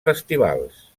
festivals